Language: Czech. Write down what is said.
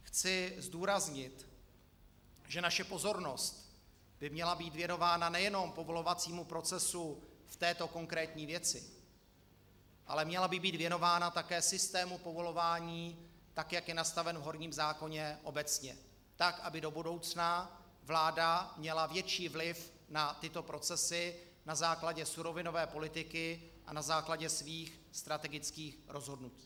Chci zdůraznit, že naše pozornost by měla být věnována nejenom povolovacímu procesu v této konkrétní věci, ale měla by být věnována také systému povolování, jak je nastaven v horním zákoně obecně, aby do budoucna vláda měla větší vliv na tyto procesy na základě surovinové politiky a na základě svých strategických rozhodnutí.